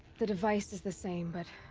the device is the same, but.